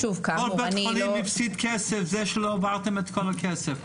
בזה שלא העברתם את כל הכסף,